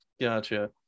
Gotcha